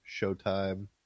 Showtime